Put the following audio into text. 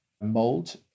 mold